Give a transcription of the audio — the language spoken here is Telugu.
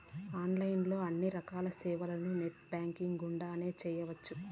ఆన్లైన్ లో అన్ని రకాల సేవలను నెట్ బ్యాంకింగ్ గుండానే చేయ్యొచ్చు